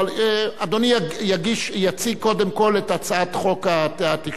אדוני יציג קודם כול את הצעת התקשורת.